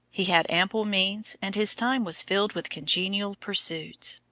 he had ample means, and his time was filled with congenial pursuits.